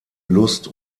lust